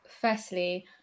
firstly